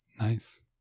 Nice